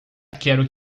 quero